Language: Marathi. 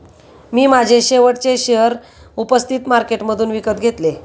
मी माझे शेवटचे शेअर उपस्थित मार्केटमधून विकत घेतले